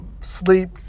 sleep